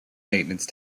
maintenance